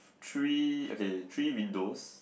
three okay three windows